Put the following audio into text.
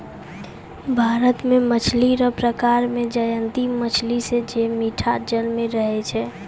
भारत मे मछली रो प्रकार मे जयंती मछली जे मीठा जल मे रहै छै